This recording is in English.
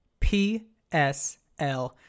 PSL